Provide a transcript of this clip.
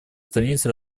странице